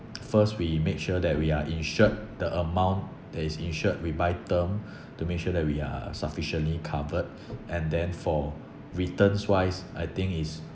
first we make sure that we are insured the amount that is insured we buy term to make sure that we are sufficiently covered and then for returns wise I think it's